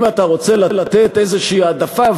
אם אתה רוצה לתת איזו העדפה,